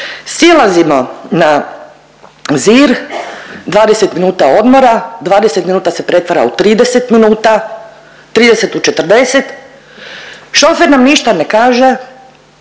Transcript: Silazimo na Zir, 20 minuta odmora, 20 minuta se pretvara u 30 minuta, 30 u 40, šofer nam ništa ne kaže,